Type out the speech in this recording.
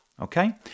Okay